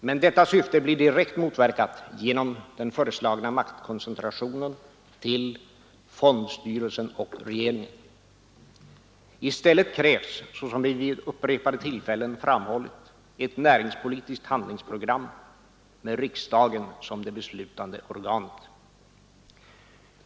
Men detta syfte blir direkt motverkat genom den föreslagna maktkoncentrationen till fondstyrelsen och regeringen. I stället krävs, såsom vi vid upprepade tillfällen framhållit, ett näringspolitiskt handlingsprogram — med riksdagen som det beslutande organet.